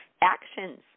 actions